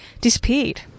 disappeared